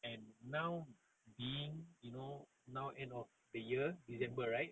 mmhmm